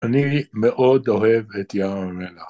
אני מאוד אוהב את ים המלח.